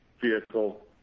vehicle